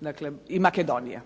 Srbija i Makedonija.